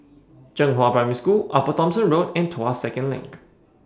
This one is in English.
Zhenghua Primary School Upper Thomson Road and Tuas Second LINK